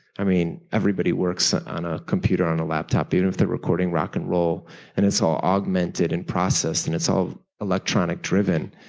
i mean everybody works on a computer, on a laptop. you know if they're recording rock and roll and it's all augmented and processed and it's all electronic driven.